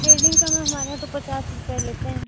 threading का ma'am हमारे यहाँ तो पचास रुपये लेते हैं